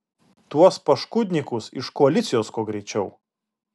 tuos paškudnykus iš koalicijos kuo greičiau